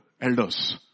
elders